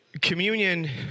communion